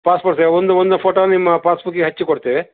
passport size ಒಂದು ಒಂದು ಫೋಟೋವನ್ನು ನಿಮ್ಮ ಪಾಸ್ಬುಕ್ಕಿಗೆ ಹಚ್ಚಿ ಕೊಡ್ತೇವೆ